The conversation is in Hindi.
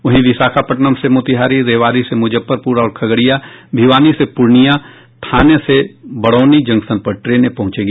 वहीं विशाखापट्नम से मोतिहारी रेवाड़ी से मुजफ्फरपुर और खगड़िया भिवानी से पूर्णिया थाने से बरौनी जंक्शन पर ट्रेनें पहुंचेगी